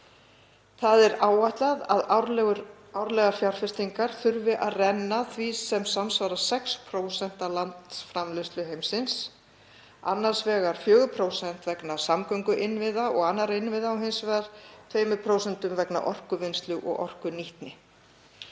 Það er áætlað að árlegar fjárfestingar þurfi að nema því sem samsvarar 6% af landsframleiðslu heimsins, annars vegar 4% vegna samgönguinnviða og annarra innviða og hins vegar 2% vegna orkuvinnslu og orkunýtni.